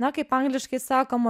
na kaip angliškai sakoma